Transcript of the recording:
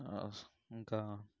ఇంకా